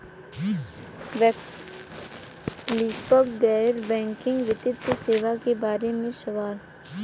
वैकल्पिक गैर बैकिंग वित्तीय सेवा के बार में सवाल?